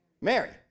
Mary